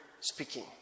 speaking